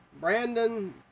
Brandon